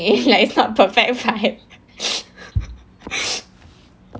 if like it's not perfect five